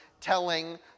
telling